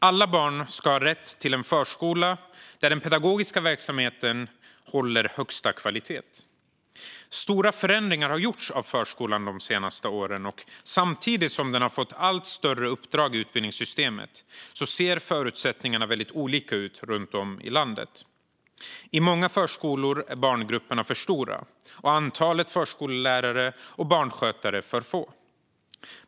Alla barn ska ha rätt till en förskola där den pedagogiska verksamheten håller högsta kvalitet. Stora förändringar har gjorts av förskolan de senaste åren, och samtidigt som den har fått allt större uppdrag i utbildningssystemet ser förutsättningarna olika ut runt om i landet. I många förskolor är barngrupperna för stora och antalet förskollärare och barnskötare för litet.